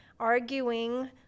arguing